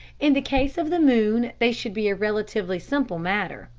in the case of the moon they should be a relatively simple matter,